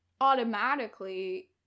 automatically